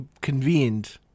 convened